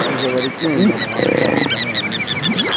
இது வரைக்கும் என்னோடய வாழ்க்கை அப்படி தாங்க வந்துக்கிட்டுருக்குது